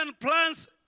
plans